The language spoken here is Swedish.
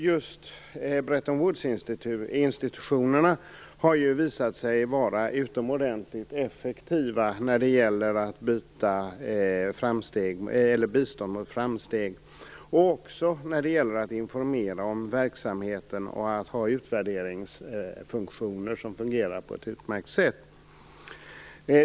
Just Bretton Woods-institutionerna har visat sig vara utomordentligt effektiva när det gäller att byta bistånd mot framsteg och också när det gäller att informera om verksamheten och att ha utvärderingsfunktioner som fungerar på ett utmärkt sätt.